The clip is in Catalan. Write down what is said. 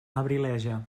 abrileja